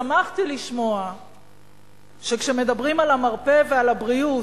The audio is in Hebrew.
שמחתי לשמוע שכשמדברים על המרפא ועל הבריאות,